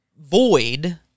void